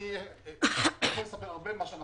אדוני היושב-ראש, אפשר שאלה למנכ"ל?